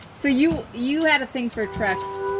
so you, you had a thing for trucks.